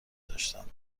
داشتند